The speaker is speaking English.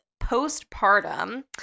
postpartum